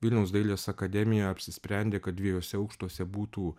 vilniaus dailės akademija apsisprendė kad dviejuose aukštuose būtų